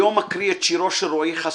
היום אקריא את שירו של רועי חסן,